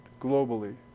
globally